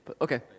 Okay